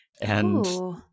And-